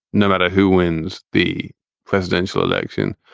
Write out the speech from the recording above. no matter who wins the presidential election,